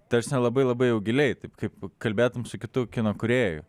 tarsi labai labai jau giliai taip kaip kalbėtum su kitu kino kūrėju